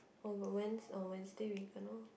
oh but Wednes~ oh Wednesday we cannot